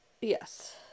yes